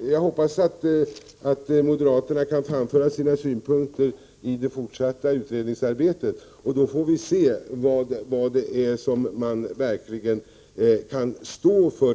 Jag hoppas att moderaterna kan framföra sina synpunkter i det fortsatta utredningsarbetet. Vi får då se vad de verkligen kan stå för,